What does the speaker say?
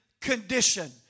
condition